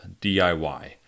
DIY